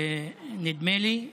נדמה לי,